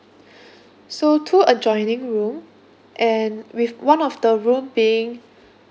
so two adjoining room and with one of the room being